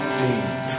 deep